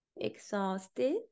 Exhausted